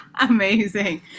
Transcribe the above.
Amazing